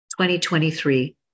2023